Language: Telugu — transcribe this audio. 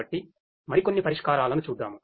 కాబట్టి మరికొన్ని పరిష్కారాలను చూద్దాం